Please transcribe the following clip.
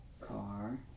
Car